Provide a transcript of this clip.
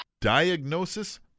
Diagnosis